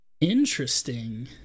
Interesting